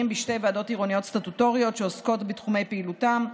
בשתי ועדות עירוניות סטטוטוריות שעוסקות בתחומי פעילותם: